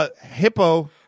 Hippo